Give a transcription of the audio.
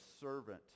servant